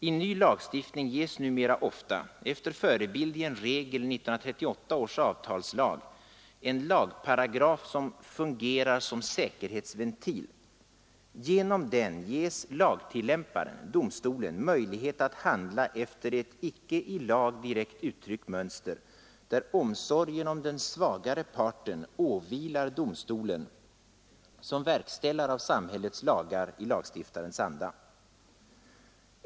I ny lagstiftning ges numera ofta efter förebild i en regel i 1938 års avtalslag en lagparagraf, som är en säkerhetsventil, genom vilken lagtillämparen-domstolen ges möjlighet att handla efter ett icke i lag direkt uttryckt mönster, där omsorgen om den svagare parten åvilar domstolen såsom verkställare av samhällets lagar i lagstiftarens anda.